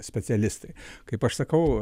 specialistai kaip aš sakau